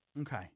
Okay